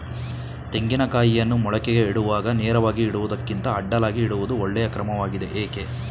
ತೆಂಗಿನ ಕಾಯಿಯನ್ನು ಮೊಳಕೆಗೆ ಇಡುವಾಗ ನೇರವಾಗಿ ಇಡುವುದಕ್ಕಿಂತ ಅಡ್ಡಲಾಗಿ ಇಡುವುದು ಒಳ್ಳೆಯ ಕ್ರಮವಾಗಿದೆ ಏಕೆ?